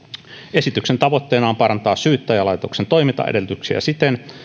esityksen tavoitteena on parantaa syyttäjälaitoksen toimintaedellytyksiä siten